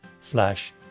slash